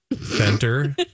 center